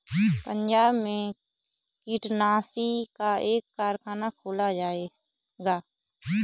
पंजाब में कीटनाशी का कारख़ाना खोला जाएगा